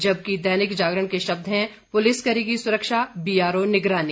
जबकि दैनिक जागरण के शब्द हैं पुलिस करेगी सुरक्षा बीआरओ निगरानी